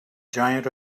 giant